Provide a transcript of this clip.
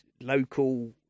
local